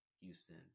houston